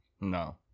no